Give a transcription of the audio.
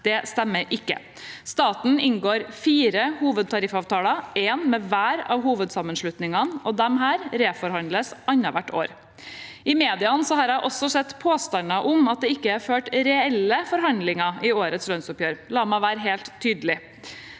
Det stemmer ikke. Staten inngår fire hovedtariffavtaler, én med hver av hovedsammenslutningene, og disse reforhandles annethvert år. I mediene har jeg også sett påstander om at det ikke er ført reelle forhandlinger i årets lønnsoppgjør. La meg være helt tydelig: